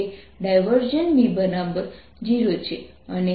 B0 છે અને B0J છે